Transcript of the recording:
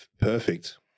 perfect